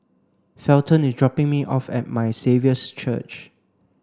Felton is dropping me off at My Saviour's Church